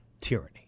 tyranny